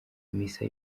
misa